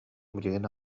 билигин